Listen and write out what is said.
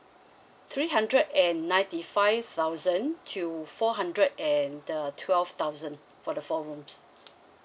three hundred and ninety five thousand to four hundred and uh twelve thousand for the four rooms